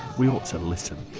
we ought to listen.